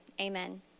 Amen